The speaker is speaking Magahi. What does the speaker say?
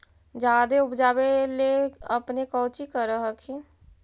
जादे उपजाबे ले अपने कौची कौची कर हखिन?